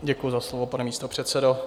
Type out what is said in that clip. Děkuji za slovo, pane místopředsedo.